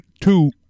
two